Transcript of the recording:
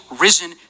risen